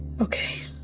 Okay